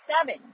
seven